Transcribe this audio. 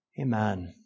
Amen